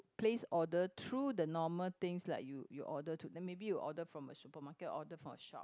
place order through the normal things like you you order through like maybe you order from a supermarket or order from shop